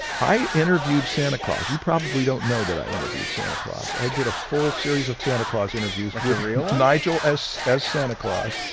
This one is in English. i interviewed santa claus, you probably don't know that i interviewed santa claus. i did a full series of santa claus interviews like with nigel as as santa claus.